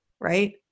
right